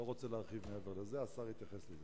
אני לא רוצה להרחיב מעבר לזה, השר התייחס לזה.